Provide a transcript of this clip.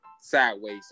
sideways